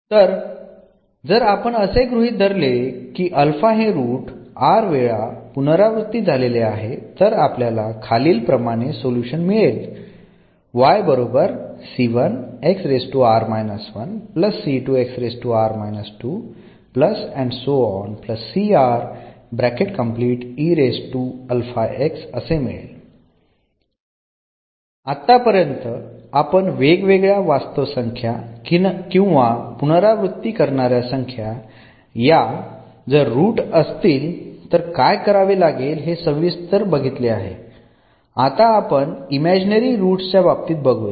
तर जर आपण असे गृहीत धरले की हे रूट r वेळा पुनरावृत्ती झालेले आहे तर आपल्याला खालील प्रमाणे सोल्युशन मिळेल आत्तापर्यंत आपण वेगवेगळ्या वास्तव संख्या किंवा पुनरावृत्ती करणाऱ्या संख्या या जर रूट असतील तर काय करावे लागेल हे सविस्तर बघितले आहे आता आपण इमॅजिनरी रूटच्या बाबतीत बघूया